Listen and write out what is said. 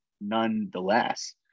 nonetheless